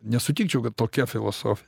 nesutikčiau kad tokia filosofija